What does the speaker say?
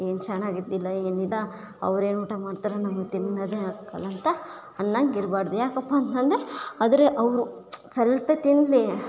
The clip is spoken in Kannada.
ಏನೂ ಚೆನ್ನಾಗಿದ್ದಿಲ್ಲ ಏನಿಲ್ಲ ಅವ್ರೆನು ಊಟ ಮಾಡ್ತಾರೋ ನಮಗೆ ತಿನ್ನದೆ ಹಾಕಲಿಂತೆ ಅನ್ನೊಂಗೆ ಇರಬಾರ್ದು ಯಾಕಪ್ಪ ಅಂತ ಅಂದರೆ ಆದ್ರೆ ಅವರು ಸ್ವಲ್ಪೇ ತಿನ್ನಲಿ